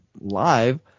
live